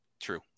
True